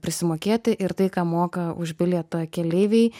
prisimokėti ir tai ką moka už bilietą keleiviai